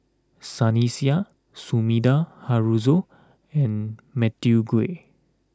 Sunny Sia Sumida Haruzo and Matthew Ngui